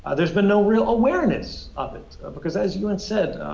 ah there's been no real awareness of it because, as ewen said,